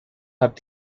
hat